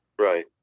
Right